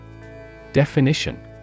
Definition